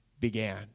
began